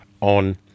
on